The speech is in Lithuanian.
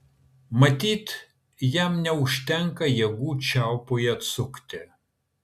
matyt jam neužtenka jėgų čiaupui atsukti